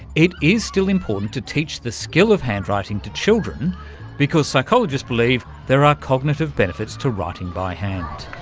it is still important to teach the skill of handwriting to children because psychologists believe there are cognitive benefits to writing by hand.